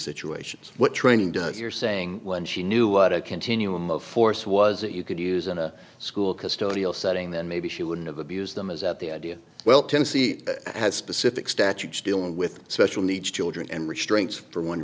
does your saying when she knew what a continuum of force was that you could use in a school custodial setting then maybe she wouldn't of abuse them as at the idea well tennessee has specific statutes dealing with special needs children and restraints for one